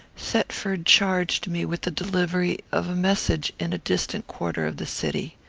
thetford charged me with the delivery of a message in a distant quarter of the city.